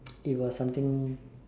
it was something